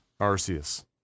Arceus